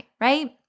right